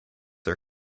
are